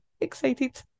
excited